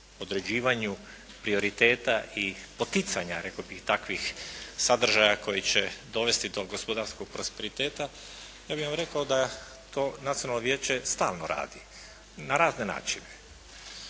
određivanju prioriteta i poticanja rekao bih takvih sadržaja koji će dovesti do gospodarskog prosperiteta, ja bih vam rekao da to Nacionalno vijeće stalno radi, na razne načine.